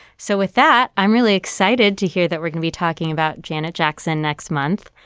so with that i'm really excited to hear that we're gonna be talking about janet jackson next month.